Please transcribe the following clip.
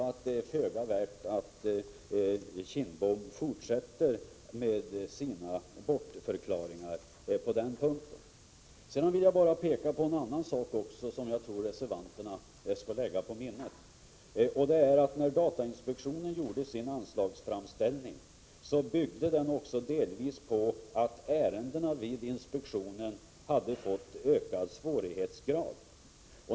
Det är föga värt att Kindbom fortsätter med sina bortförklaringar på den punkten. Prot. 1985/86:100 Sedan vill jag peka på en annan sak som jag tror reservanterna skall lägga 19 mars 1986 på minnet. Den anslagsframställning som datainspektionen gjorde byggde också på att ärendena vid inspektionen hade fått ökad svårighetsgrad.